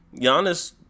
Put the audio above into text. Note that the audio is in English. Giannis